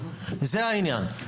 זה העניין,